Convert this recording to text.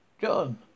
John